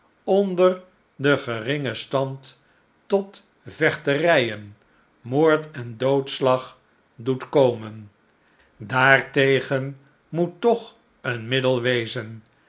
onder den geringen stand tot vechterijen moord en doodslag doet komen daartegen moet toch een middel wezen